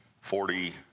forty